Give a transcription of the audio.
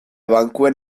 bankuen